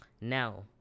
Now